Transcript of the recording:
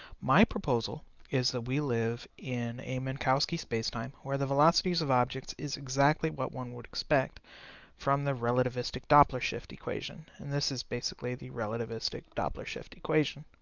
my proposal is that we live in a minkowski spacetime, where the velocities of objects is exactly what one would expect from relativistic doppler shift equation. and this is basically the relativistic doppler shift equation.